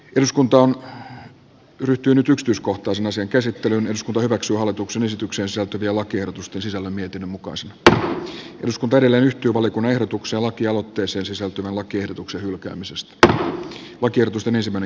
jos kunto on ryhtynyt ykstyiskohtaisen aseenkäsittelyn nyt ryhdytään hallituksen esitykseen sisältyvien lakiehdotusten sisällön mietinnön mukaan se että jos kuparilevy oli kun ehdotuksia lakialoitteeseen sisältyvän lakiehdotuksen hylkäämisestä oikeutus tönäisemänä